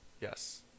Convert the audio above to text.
Yes